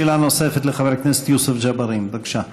שאלה נוספת לחבר הכנסת יוסף ג'בארין, בבקשה.